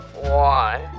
one